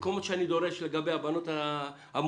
מה שאני דורש לגבי הבנות המופלות,